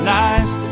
nice